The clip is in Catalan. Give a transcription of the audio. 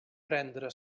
prendre